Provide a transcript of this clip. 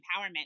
empowerment